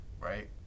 right